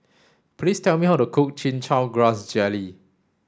please tell me how to cook chin chow grass jelly